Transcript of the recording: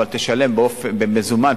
אבל תשלם במזומן,